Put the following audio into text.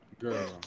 Girl